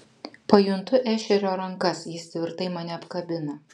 pajuntu ešerio rankas jis tvirtai mane apkabina